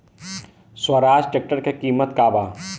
Swaraj tractor के किमत का बा?